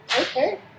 Okay